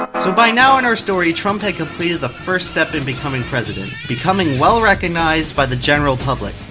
ah so by now in our story, trump had completed the first step in becoming president becoming well recognized by the general public.